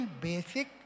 basic